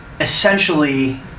essentially